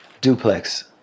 Duplex